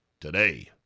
today